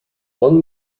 one